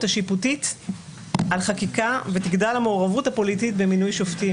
השיפוטית על חקיקה ותגדל המעורבות הפוליטית במינוי שופטים.